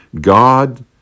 God